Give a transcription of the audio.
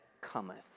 cometh